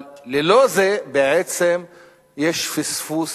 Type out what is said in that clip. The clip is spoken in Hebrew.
אבל ללא זה בעצם יש פספוס